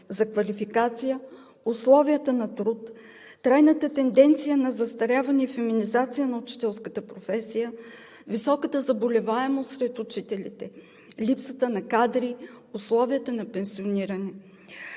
за квалификация, условията на труд, трайната тенденция на застаряване и феминизация на учителската професия, високата заболеваемост от учителите, липсата на кадри в условията на пенсиониране.